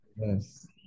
Yes